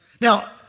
Now